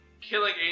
killing